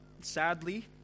sadly